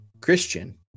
Christian